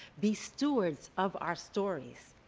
be stewards of our stories.